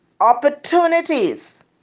opportunities